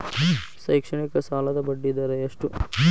ಶೈಕ್ಷಣಿಕ ಸಾಲದ ಬಡ್ಡಿ ದರ ಎಷ್ಟು?